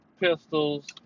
pistols